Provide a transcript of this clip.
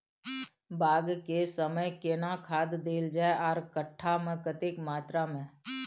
बाग के समय केना खाद देल जाय आर कट्ठा मे कतेक मात्रा मे?